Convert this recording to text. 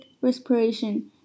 respiration